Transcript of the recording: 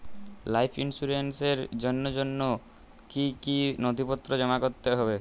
Life ইন্সুরেন্সর জন্য জন্য কি কি নথিপত্র জমা করতে হবে?